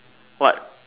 what